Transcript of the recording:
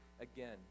again